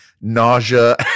nausea